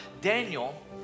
Daniel